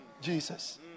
Jesus